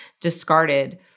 discarded